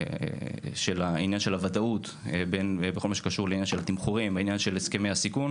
הוודאות בכל מה שקשור לתמחורים ולהסכמי הסיכון